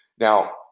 Now